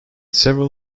several